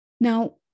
Now